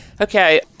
Okay